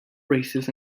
races